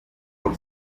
por